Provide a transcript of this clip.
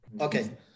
Okay